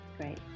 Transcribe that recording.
Great